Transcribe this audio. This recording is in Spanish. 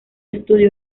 estudio